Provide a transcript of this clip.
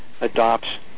adopts